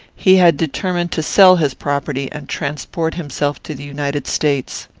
he had determined to sell his property and transport himself to the united states.